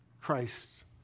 Christ